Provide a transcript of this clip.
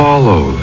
Follow